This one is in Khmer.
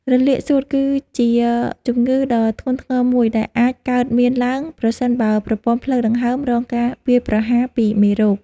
រលាកសួតគឺជាជំងឺដ៏ធ្ងន់ធ្ងរមួយដែលអាចកើតមានឡើងប្រសិនបើប្រព័ន្ធផ្លូវដង្ហើមរងការវាយប្រហារពីមេរោគ។